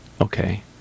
Okay